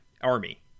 Army